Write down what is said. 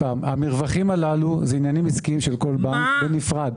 המרווחים הללו הם עניינים עסקיים של כל בנק בנפרד.